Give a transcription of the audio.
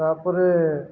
ତାପରେ